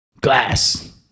glass